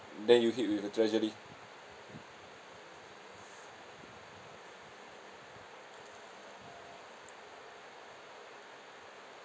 then you hit with a tragedy